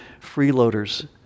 freeloaders